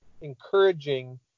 encouraging